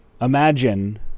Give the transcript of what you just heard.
Imagine